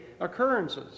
occurrences